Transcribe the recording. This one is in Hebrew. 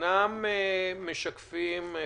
אינם משקפים במדויק,